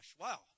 wow